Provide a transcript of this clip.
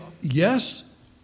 yes